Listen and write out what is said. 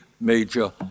major